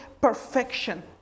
perfection